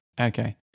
Okay